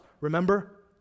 Remember